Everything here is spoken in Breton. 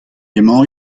emañ